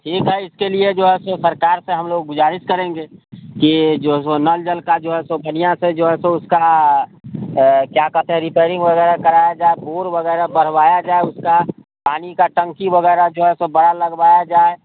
ठीक है इसके लिए जो है सो सरकार से हम लोग गुजारिश करेंगे कि जो है सो नल जल का जो है सो कनिया से जो है सो उसका क्या कहते हैं रिपेरिंग वगैरह कराया जाए पोर वगैरह भरवाया जाए उसका पानी का टंकी वगैरह जो है सो बड़ा लगवाया जाए